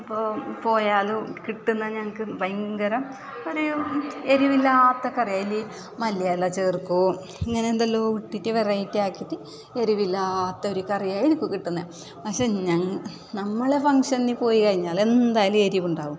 ഇപ്പോൾ പോയാലോ കിട്ടുന്നത് ഞങ്ങൾക്ക് ഭയങ്കര കുറെ എരിവില്ലാത്ത കറി അതില് മല്ലിയില ചേർക്കും ഇങ്ങനെ എന്തല്ലോം ഇട്ടിട്ട് വെറൈറ്റി ആക്കിയിട്ട് എരിവില്ലാത്തൊരു കറിയാണ് എനിക്ക് കിട്ടുന്നത് പക്ഷെ നമ്മള് ഫങ്ങ്ഷന് പോയിക്കഴിഞ്ഞാല് എന്തായാലും എരിവുണ്ടാവും